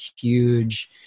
huge